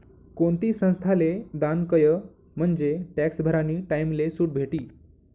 कोणती संस्थाले दान कयं म्हंजे टॅक्स भरानी टाईमले सुट भेटी